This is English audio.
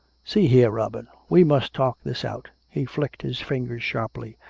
see here, robin we must talk this out. he flicked his fingers sharply.